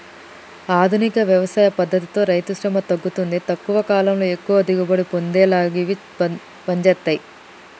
ఆధునిక వ్యవసాయ పద్దతితో రైతుశ్రమ తగ్గుతుంది తక్కువ కాలంలో ఎక్కువ దిగుబడి పొందేలా గివి పంజేత్తయ్